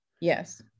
Yes